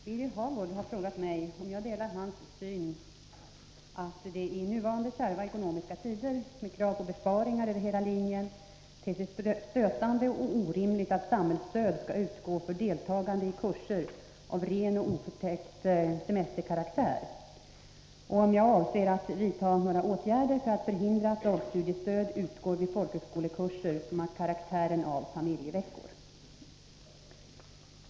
Herr talman! Birger Hagård har frågat mig om jag delar hans syn att det i nuvarande kärva ekonomiska tider med krav på besparingar över hela linjen ter sig stötande och orimligt att samhällsstöd skall utgå för deltagande i kurser av ren och oförtäckt semesterkaraktär och om jag avser att vidta några åtgärder för att förhindra att dagstudiestöd utgår vid folkhögskolekurser som har karaktären av ”familjeveckor”.